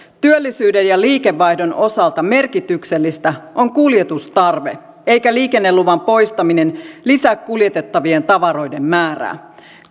työllisyyden ja liikevaihdon osalta merkityksellistä on kuljetustarve eikä liikenneluvan poistaminen lisää kuljetettavien tavaroiden määrää